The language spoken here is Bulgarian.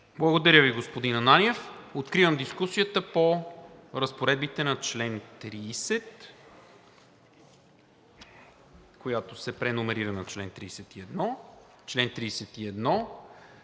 Благодаря Ви, господин Ананиев. Откривам дискусията по разпоредбите на чл. 30, който се преномерира на чл. 31;